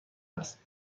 است